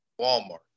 walmart